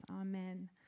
Amen